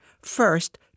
First